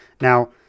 Now